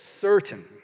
certain